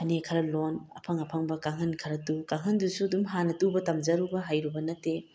ꯐꯅꯦꯛ ꯈꯔ ꯂꯣꯟ ꯑꯐꯪ ꯑꯐꯪꯕ ꯀꯥꯡꯈꯟ ꯈꯔ ꯇꯨ ꯀꯥꯡꯈꯟꯗꯨꯁꯨ ꯑꯗꯨꯝ ꯍꯥꯟꯅ ꯇꯨꯕ ꯇꯝꯖꯔꯨꯕ ꯍꯩꯔꯨꯕ ꯅꯠꯇꯦ